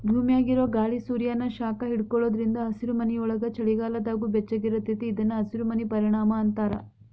ಭೂಮ್ಯಾಗಿರೊ ಗಾಳಿ ಸೂರ್ಯಾನ ಶಾಖ ಹಿಡ್ಕೊಳೋದ್ರಿಂದ ಹಸಿರುಮನಿಯೊಳಗ ಚಳಿಗಾಲದಾಗೂ ಬೆಚ್ಚಗಿರತೇತಿ ಇದನ್ನ ಹಸಿರಮನಿ ಪರಿಣಾಮ ಅಂತಾರ